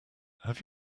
have